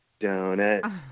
donut